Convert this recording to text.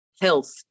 health